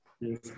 Yes